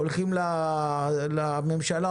הולכים לממשלה,